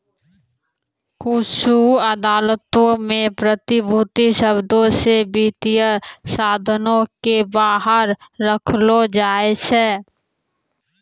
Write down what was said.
कुछु अदालतो मे प्रतिभूति शब्दो से वित्तीय साधनो के बाहर रखलो जाय छै